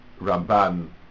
Ramban